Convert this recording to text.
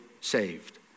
saved